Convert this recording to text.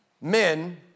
men